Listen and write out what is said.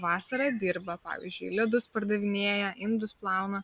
vasarą dirba pavyzdžiui ledus pardavinėja indus plauna